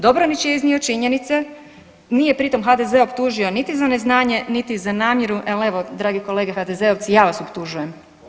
Dobronić je iznio činjenice, nije pritom HDZ optužio niti za neznanje niti za namjeru, ali evo, dragi kolege HDZ-ovci, ja vas optužujem.